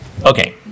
okay